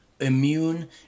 Immune